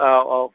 औ औ